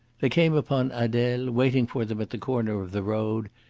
they came upon adele, waiting for them at the corner of the road,